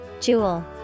Jewel